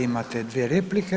Imate dvije replike.